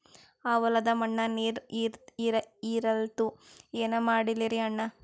ಆ ಹೊಲದ ಮಣ್ಣ ನೀರ್ ಹೀರಲ್ತು, ಏನ ಮಾಡಲಿರಿ ಅಣ್ಣಾ?